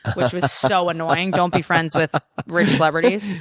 which was so annoying. don't be friends with rich celebrities.